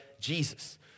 Jesus